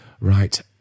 Right